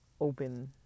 open